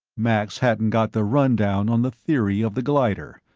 max hadn't got the rundown on the theory of the glider.